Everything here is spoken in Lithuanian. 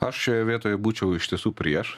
aš šioje vietoj būčiau iš tiesų prieš